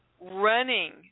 running